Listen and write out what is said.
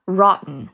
rotten